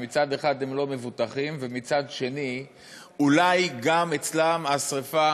שמצד אחד הם לא מבוטחים ומצד שני אולי גם אצלם השרפה